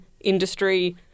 industry